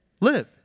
live